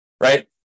right